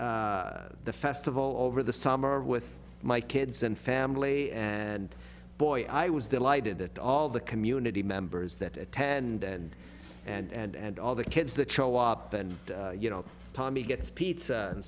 attend the festival over the summer with my kids and family and boy i was delighted that all the community members that attend and and all the kids that show up and you know tommy gets pizza and